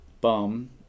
bum